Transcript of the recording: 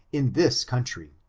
in this country